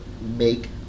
make